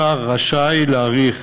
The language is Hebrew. השר רשאי להאריך